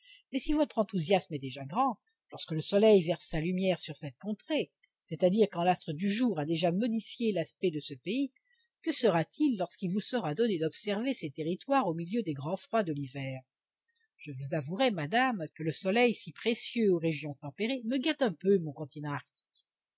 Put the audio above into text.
mais si votre enthousiasme est déjà grand lorsque le soleil verse sa lumière sur cette contrée c'est-à-dire quand l'astre du jour a déjà modifié l'aspect de ce pays que sera-t-il lorsqu'il vous sera donné d'observer ces territoires au milieu des grands froids de l'hiver je vous avouerai madame que le soleil si précieux aux régions tempérées me gâte un peu mon continent arctique